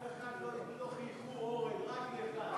לאף אחד לא חייכו, אורן, רק לך.